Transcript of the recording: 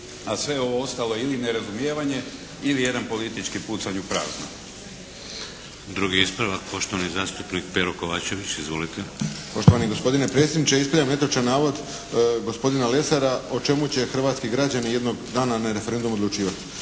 a sve ovo ostalo ili nerazumijevanje ili jedan politički pucanj u prazno. **Šeks, Vladimir (HDZ)** Drugi ispravak, poštovani zastupnik Pero Kovačević. Izvolite. **Kovačević, Pero (HSP)** Poštovani gospodine predsjedniče ispravljam netočan navod gospodina Lesara o čemu će hrvatski građani jednog dana na referendumu odlučivati.